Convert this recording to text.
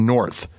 North